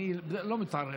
אני לא מתערב,